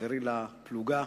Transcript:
חברי לפלוגה,